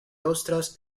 ostras